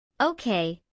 Okay